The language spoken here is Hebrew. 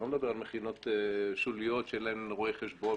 אני לא מדבר על מכינות שוליות שאין להם רואה חשבון,